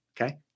Okay